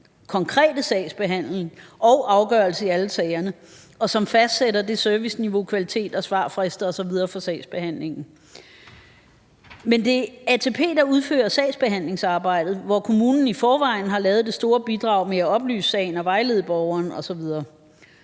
konkrete sagsbehandling og afgørelse i alle sagerne, og som fastsætter serviceniveau, kvalitet og svarfrister osv. for sagsbehandlingen. Men det er ATP, der udfører sagsbehandlingsarbejdet, hvor kommunen i forvejen har lavet det store bidrag med at oplyse sagen og vejlede borgeren osv.